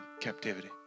captivity